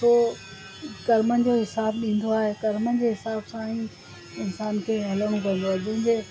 पोइ कर्मनि जो हिसाब ॾींदो आहे कर्मनि जे हिसाब सां ई इंसान खे हलणो पवंदो आहे